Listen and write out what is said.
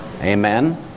amen